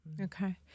Okay